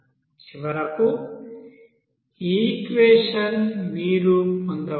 చివరకు ఈ ఈక్వెషన్ మీరు పొందవచ్చు